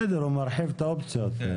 בסדר, הוא מרחיב את האופציות.